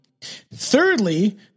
Thirdly